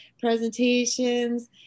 presentations